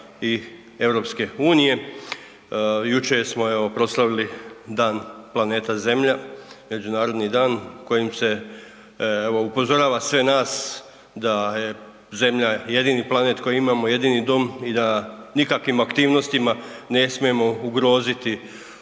i politika EU. Jučer smo proslavili Dan planeta Zemlje, međunarodni dan kojim se upozorava sve nas da je Zemlja jedini planet koji imamo, jedini dom i da nikakvim aktivnostima ne smijemo ugroziti